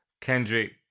Kendrick